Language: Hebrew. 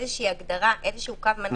איזושהי הגדרה או קו מנחה בתקופה שכן כללנו.